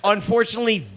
Unfortunately